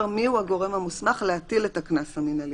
מיהו הגורם המוסמך להטיל את הקנס המנהלי,